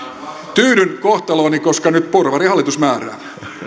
tyydyn kohtalooni koska nyt porvarihallitus määrää